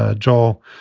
ah joel,